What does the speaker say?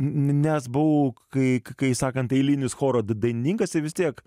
nes buvau kai kai sakant eilinis choro dainininkas tai vis tiek